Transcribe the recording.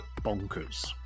bonkers